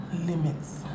limits